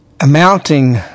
amounting